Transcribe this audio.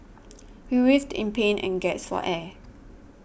he writhed in pain and gasped for air